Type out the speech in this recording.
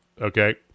Okay